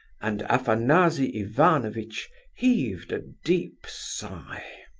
and afanasy ivanovitch heaved a deep sigh.